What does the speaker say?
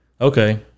Okay